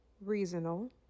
reasonable